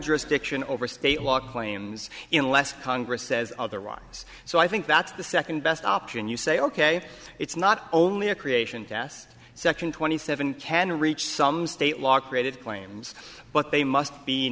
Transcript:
jurisdiction over state law claims in less congress says otherwise so i think that's the second best option you say ok it's not only a creation yes section twenty seven can reach some state law created claims but they must be